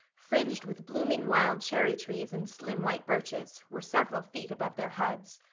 fringed with blooming wild cherry-trees and slim white birches, were several feet above their heads.